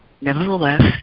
Nevertheless